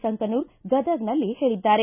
ಸಂಕನೂರ ಗದಗ್ನಲ್ಲಿ ಹೇಳಿದ್ದಾರೆ